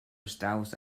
established